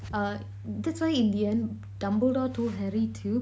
uh that's why in the end dumbledore told harry to